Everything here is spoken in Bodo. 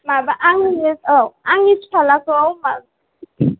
माबा आंनो आव आंनि फिसालाखौ